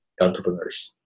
entrepreneurs